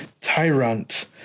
Tyrant